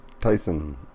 tyson